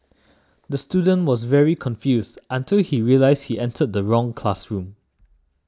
the student was very confused until he realised he entered the wrong classroom